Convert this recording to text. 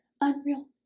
Unreal